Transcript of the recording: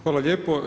Hvala lijepo.